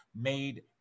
made